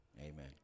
Amen